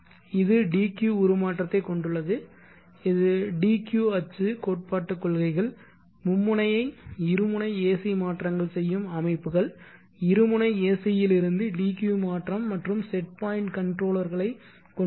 இது dq உருமாற்றத்தைக் கொண்டுள்ளது இது dq அச்சு கோட்பாட்டுக் கொள்கைகள் மும்முனை ஐ இருமுனை AC மாற்றங்கள் செய்யும் அமைப்புகள் இருமுனை AC யிலிருந்து dq மாற்றம் மற்றும் செட் பாயிண்ட் கன்ட்ரோலர்களைக் கொண்டுள்ளது